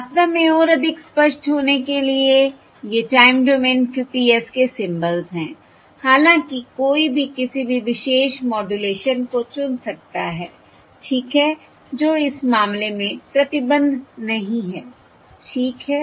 वास्तव में और अधिक स्पष्ट होने के लिए ये टाइम डोमेन QPSK सिंबल्स हैं हालांकि कोई भी किसी भी विशेष मॉडुलेशन को चुन सकता है ठीक है जो इस मामले में प्रतिबंध नहीं है ठीक है